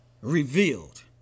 revealed